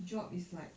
job is like